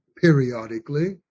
periodically